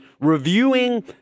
reviewing